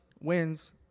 wins